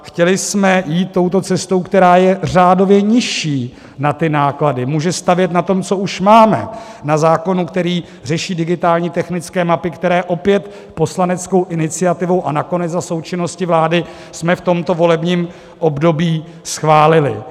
Chtěli jsme jít touto cestou, která je řádově nižší na ty náklady, může stavět na tom, co už máme, na zákonu, který řeší digitální technické mapy, které opět poslaneckou iniciativou a nakonec za součinnosti vlády jsme v tomto volebním období schválili.